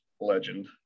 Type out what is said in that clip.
legend